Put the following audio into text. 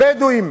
הבדואים,